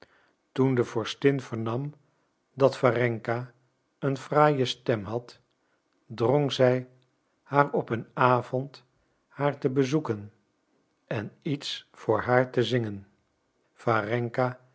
toen de vorstin vernam dat warenka een fraaie stem had drong zij haar op een avond haar te bezoeken en iets voor haar te zingen